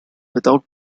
without